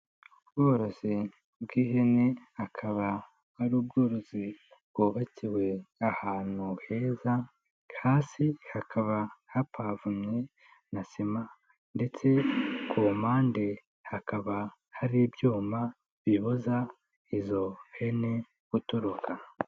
Ubworozi bw'ihene akaba ari ubworozi bwubakiwe ahantu heza, hasi hakaba hapavomye na sima ndetse ku mpande hakaba hari ibyuma bibuza izo hene gutoroka.